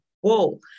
whoa